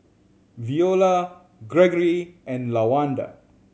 Veola Gregory and Lawanda